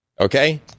Okay